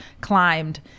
climbed